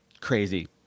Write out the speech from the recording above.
crazy